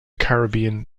caribbean